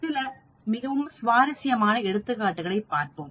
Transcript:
சில மிகவும் சுவாரஸ்யமான எடுத்துக்காட்டுகளைப் பார்ப்போம்